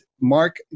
Mark